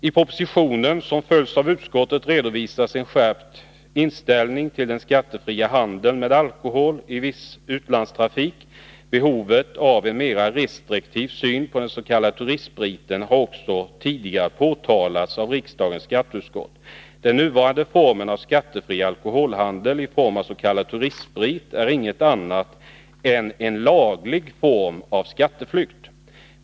I propositionen, som följs av utskottet, redovisas en skärpt inställning till den skattefria handeln med alkohol i viss utlandstrafik. Behovet av en mera restriktiv syn på den s.k. turistspriten har också tidigare påtalats av riksdagens skatteutskott. Den nuvarande formen av skattefri alkoholhandel i form av s.k. turistsprit är inget annat än en laglig form av skatteflykt.